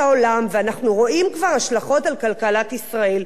העולם ואנחנו רואים כבר השלכות על כלכלת ישראל.